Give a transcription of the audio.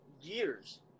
years